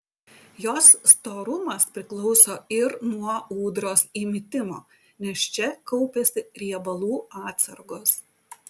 jos storumas priklauso ir nuo ūdros įmitimo nes čia kaupiasi riebalų atsargos